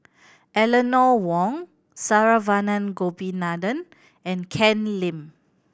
Eleanor Wong Saravanan Gopinathan and Ken Lim